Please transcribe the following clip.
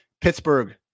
Pittsburgh